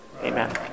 Amen